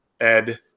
Ed